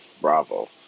bravo